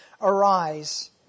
arise